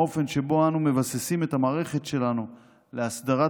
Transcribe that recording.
האופן שבו אנו מבססים את המערכת שלנו להסדרת